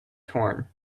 torn